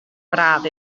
braf